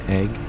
egg